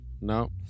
No